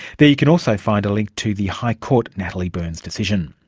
there you can also find a link to the high court natalie byrnes decision.